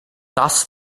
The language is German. das